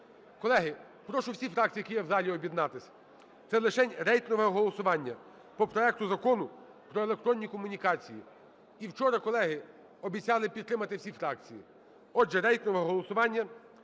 Колеги, прошу всі фракції, які є в залі, об'єднатися. Це лишень рейтингове голосування по проекту Закону про електронні комунікації. І вчора, колеги, обіцяли підтримати всі фракції. Отже, рейтингове голосування